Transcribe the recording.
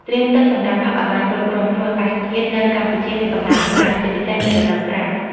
ត្រៀមទឹកសម្រាប់ផឹកឲ្យបានគ្រប់គ្រាន់ ព្រោះអាកាសធាតុនៅកម្ពុជាមានកម្ដៅខ្លាំង ជាពិសេសនៅរដូវប្រាំង។